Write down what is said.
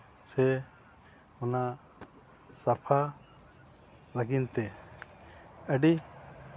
ᱥᱮ ᱚᱱᱟ ᱥᱟᱯᱷᱟ ᱞᱟᱹᱜᱤᱫᱛᱮ ᱟᱹᱰᱤ